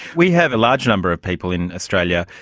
we have a large number of people in australia,